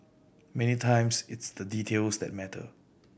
many times it's the details that matter